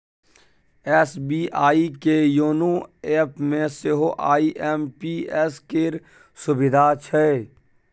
SBI के YONO एपमे सेहो आई.एम.पी.एस केर सुविधा छै